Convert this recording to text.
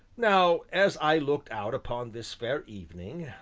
now, as i looked out upon this fair evening,